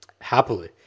Happily